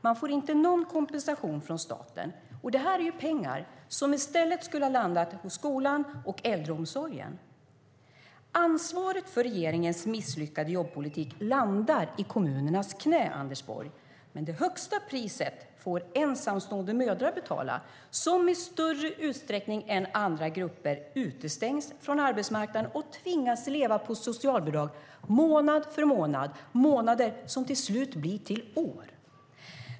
De får inte någon kompensation från staten. Det är pengar som i stället skulle ha landat i skolan och äldreomsorgen. Ansvaret för regeringens misslyckade jobbpolitik landar i kommunernas knän, Anders Borg. Men det högsta priset får ensamstående mödrar betala, som i större utsträckning än andra grupper utestängs från arbetsmarknaden och tvingas leva på socialbidrag månad efter månad. Det är månader som till slut blir till år.